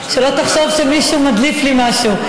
שלא תחשוב שמישהו מדליף לי משהו.